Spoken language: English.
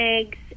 eggs